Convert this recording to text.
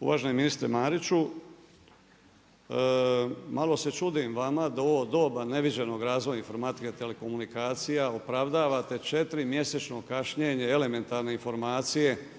Uvaženi ministre Mariću, malo se čudim vama da u ovo doba neviđenog razvoja informatike i telekomunikacija opravdavate četiri mjesečno kašnjenje elementarne informacije